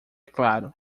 claro